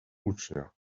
ucznia